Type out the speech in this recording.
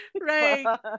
right